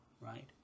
right